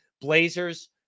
Blazers